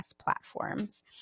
platforms